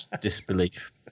disbelief